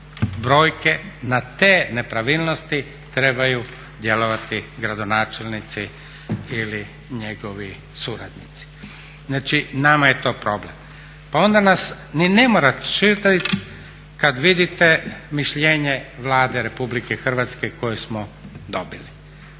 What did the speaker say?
brojke, na te nepravilnosti trebaju djelovati gradonačelnici ili njegovi suradnici. Znači nama je to problem. Pa onda nas ni ne mora čuditi kad vidite mišljenje Vlade Republike Hrvatske koje smo dobili.